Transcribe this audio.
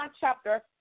chapter